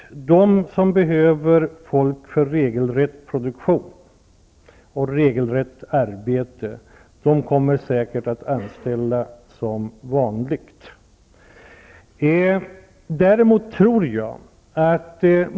Företag som behöver folk för regelrätt produktion och regelbundet arbete kommer säkert att anställa personal som vanligt.